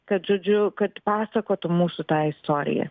kad žodžiu kad pasakotų mūsų tą istoriją